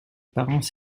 parents